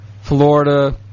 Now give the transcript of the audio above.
Florida